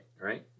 Right